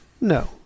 No